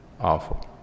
awful